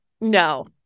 no